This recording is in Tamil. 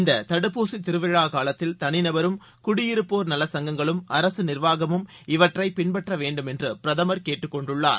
இந்த தடுப்பூசித் திருவிழா காலத்தில் தனிநபரும் குடியிருப்போர் நலச்சங்கங்களும் அரசு நிர்வாகமும் இவற்றை பின்பற்ற வேண்டும் என்றும் பிரதமர் கேட்டுக்கொண்டுள்ளார்